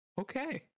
Okay